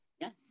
Yes